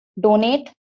donate